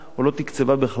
או לא תקצבה בכלל,